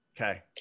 Okay